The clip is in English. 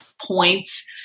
points